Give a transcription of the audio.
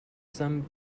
some